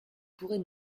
pourrez